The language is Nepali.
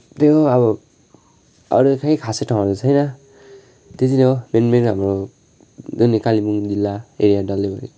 त्यो अब अरू त खोइ खासै ठाउँहरू छैन त्यति नै हो मेन मेन हाम्रो जुन यो कालिम्पोङ जिल्ला एरिया डल्लै भयो